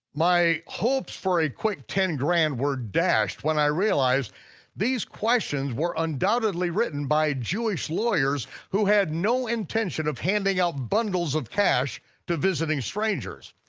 my hopes for a quick ten grand were dashed when i realized these questions were undoubtedly written by jewish lawyers who had no intention of handing out bundles of cash to visiting strangers.